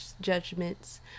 judgments